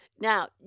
now